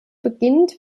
beginnt